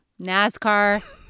NASCAR